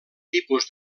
tipus